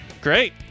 Great